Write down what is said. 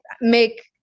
make